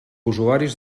usuaris